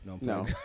No